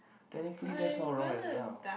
technically that's not wrong as well